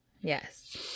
Yes